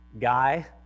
guy